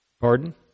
pardon